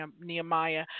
Nehemiah